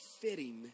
fitting